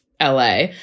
LA